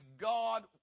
God